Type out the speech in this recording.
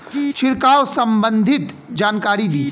छिड़काव संबंधित जानकारी दी?